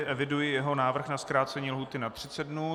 Eviduji jeho návrh na zkrácení lhůty na 30 dnů.